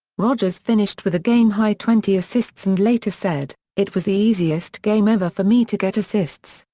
rodgers finished with a game-high twenty assists and later said it was the easiest game ever for me to get assists,